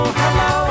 hello